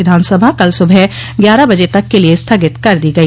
विधानसभा कल सुबह ग्यारह बजे तक के लिए स्थगित कर दी गई